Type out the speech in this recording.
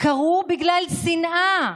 קרו בגלל שנאה.